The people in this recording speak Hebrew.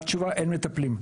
התשובה: אין מטפלים.